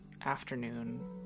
afternoon